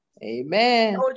Amen